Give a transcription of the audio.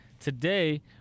today